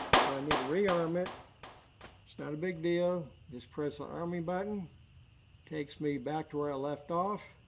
so i need to rearm it. it's not a big deal. just press the arming button. it takes me back to where i left off.